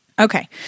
Okay